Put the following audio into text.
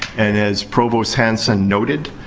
and, as provost hanson noted,